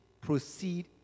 proceed